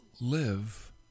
live